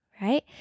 right